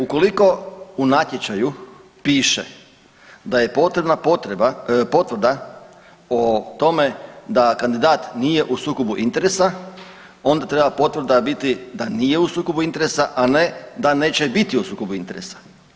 Ukoliko u natječaju piše da je potrebna potvrda o tome da kandidat nije u sukobu interesa, onda treba potvrda biti da nije u sukobu interesa a ne da neće biti u sukobu interesa.